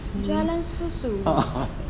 jualan susu